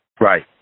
Right